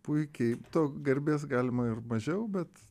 puikiai to garbės galima ir mažiau bet